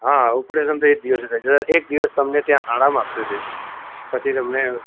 હા ઓપરેશન તો એ જ દિવસે થાય જો એક દિવસ તો તમને ત્યાં આરામ આપશે રેસ્ટ પછી તમને